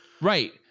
Right